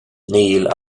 níl